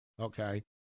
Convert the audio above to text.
Okay